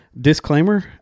Disclaimer